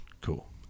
Cool